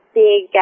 big